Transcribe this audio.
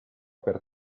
per